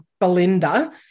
Belinda